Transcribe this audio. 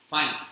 Fine